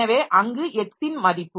எனவே அங்கு x இன் மதிப்பு